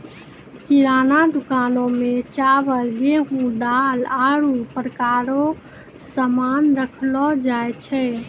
किराना दुकान मे चावल, गेहू, दाल, आरु प्रकार रो सामान राखलो जाय छै